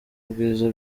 bwiza